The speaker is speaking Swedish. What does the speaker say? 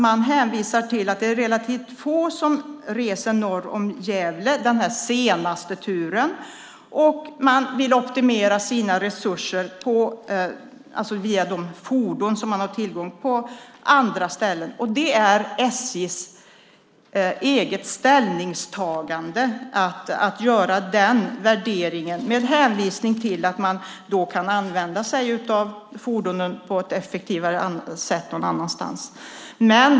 Man hänvisar till att det är relativt få som reser norr om Gävle den sista turen. Man vill optimera sina resurser på andra ställen via de fordon som man har tillgång till. Det är SJ:s eget ställningstagande att göra den värderingen med hänvisning till att man kan använda sig av fordonen på ett effektivare sätt någon annanstans.